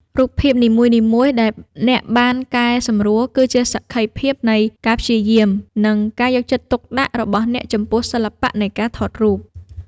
រូបភាពនីមួយៗដែលអ្នកបានកែសម្រួល គឺជាសក្ខីភាពនៃការព្យាយាម និងការយកចិត្តទុកដាក់របស់អ្នកចំពោះសិល្បៈនៃការថតរូប។